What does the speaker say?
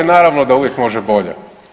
Naravno da uvijek može bolje.